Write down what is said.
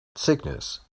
sickness